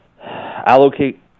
allocate